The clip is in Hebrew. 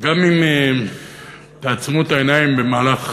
גם אם תעצמו את העיניים במהלך